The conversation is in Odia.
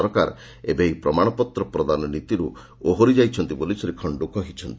ସରକାର ଏବେ ଏହି ପ୍ରମାଣପତ୍ର ପ୍ରଦାନ ନୀତିରୁ ଓହରି ଯାଇଛନ୍ତି ବୋଲି ଶ୍ରୀ ଖାଣ୍ଡୁ କହିଚ୍ଛନ୍ତି